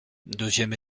deuxième